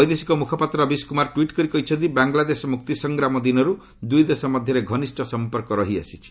ବୈଦେଶିକ ମୁଖପାତ୍ର ରବୀଶ୍ କୁମାର ଟ୍ୱିଟ୍ କରି କହିଛନ୍ତି ବାଂଲାଦେଶ ମୁକ୍ତିସଂଗ୍ରାମ ଦିନରୁ ଦୁଇ ଦେଶ ମଧ୍ୟରେ ଘନିଷ୍ଠ ସମ୍ପର୍କ ରହିଆସିଛି